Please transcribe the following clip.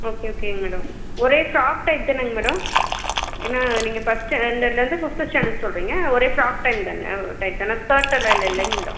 okay ஓகேங்க madam ஒரே frock type தானங்க மேடம் ஏன்னால் நீங்கள் ஃபஸ்ட் ஸ்டாண்டர்ட்லேருந்து ஃபிஃப்த்து ஸ்டாண்டர்ட் சொல்கிறீங்க ஒரே ஃபிராக் டைப் தானே டைப் தானே ஸ்கர்ட் எல்லாம் இல்லேலைங்க மேடம்